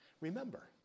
Remember